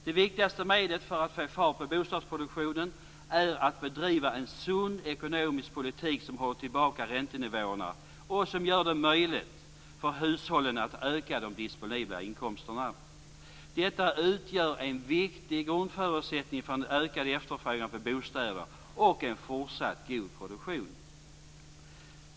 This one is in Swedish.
Det viktigaste medlet för att få fart på bostadsproduktionen är att bedriva en sund ekonomisk politik som håller tillbaka räntenivåerna och som gör det möjligt för hushållen att öka de disponibla inkomsterna. Detta utgör en viktig grundförutsättning för en ökad efterfrågan på bostäder och en fortsatt god produktion.